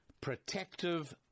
protective